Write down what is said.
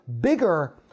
bigger